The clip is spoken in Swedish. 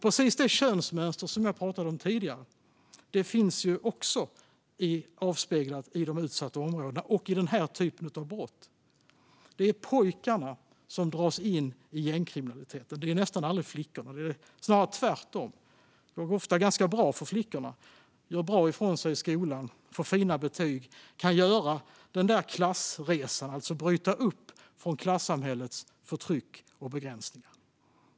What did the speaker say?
Precis det könsmönster som jag talade om tidigare finns också avspeglat i de utsatta områdena och i den här typen av brott. Det är pojkarna som dras in i gängkriminaliteten; det är nästan aldrig flickorna. Det är snarare tvärtom - det går ofta ganska bra för flickorna. De gör bra ifrån sig i skolan, får fina betyg och kan göra den där klassresan och bryta upp från klassamhällets förtryck och begränsningar.